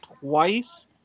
twice